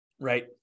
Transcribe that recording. Right